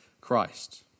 Christ